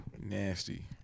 Nasty